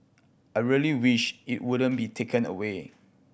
I really wish it wouldn't be taken away